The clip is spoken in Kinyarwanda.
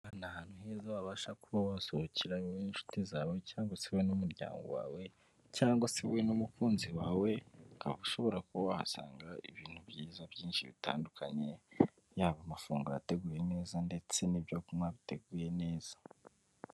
Ndabona ahantu heza wabasha kuba wasohokera wowe n'inshuti zawe cyangwa se wowe n'umuryango wawe cyangwa se wowe n'umukunzi wawe, ukaba ushobora kuba wahasanga ibintu byiza byinshi bitandukanye, yaba amafunguro ateguye neza ndetse n'ibyo kunywa biteguye neza.